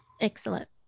excellent